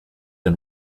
and